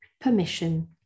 permission